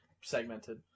segmented